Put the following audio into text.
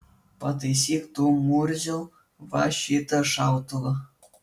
pataisyk tu murziau va šitą šautuvą